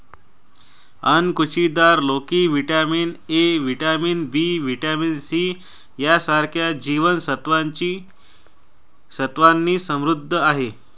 अणकुचीदार लोकी vitamin A, vitamin B, vitamin C यांसारख्या जीवन सत्त्वांनी समृद्ध आहे